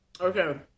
Okay